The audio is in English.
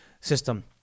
system